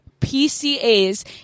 PCA's